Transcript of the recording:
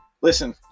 Listen